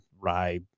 rye